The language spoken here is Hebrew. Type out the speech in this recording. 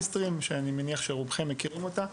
סטרים שאני מניח שרובכם מכירים אותה.